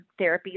therapies